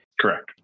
Correct